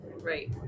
right